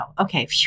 Okay